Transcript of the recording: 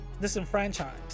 disenfranchised